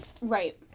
Right